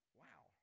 wow